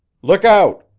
look out!